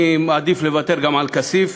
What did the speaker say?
אני מעדיף לוותר גם על כסיף.